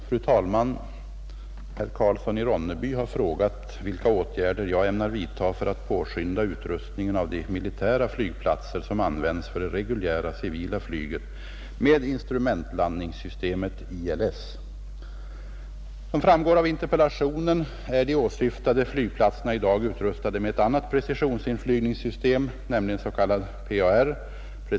Fru talman! Herr Karlsson i Ronneby har frågat vilka åtgärder jag 27 ämnar vidta för att påskynda utrustningen av de militära flygplatser som används för det reguljära civila flyget med instrumentlandningssystemet ILS. Som framgår av interpellationen är de åsyftade flygplatserna i dag utrustade med ett annat precisionsinflygningssystem, nämligen s.k. PAR .